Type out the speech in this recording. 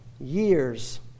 years